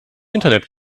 internet